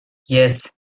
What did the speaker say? yes